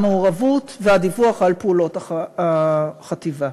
המעורבות והדיווח על פעולות החטיבה.